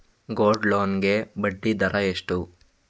Gold loan ಗೆ ಬಡ್ಡಿ ದರ ಎಷ್ಟು?